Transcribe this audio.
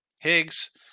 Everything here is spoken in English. Higgs